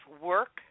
work